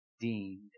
deemed